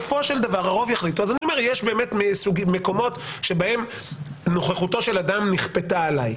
יש מקומות שבהם נוכחותו של אדם נכפתה עליי,